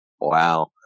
Wow